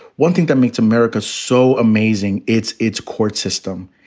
one thing that makes america so amazing, it's its court system.